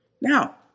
Now